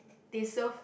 they serve